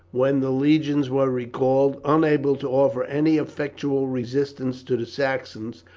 when the legions were recalled, unable to offer any effectual resistance to the saxons,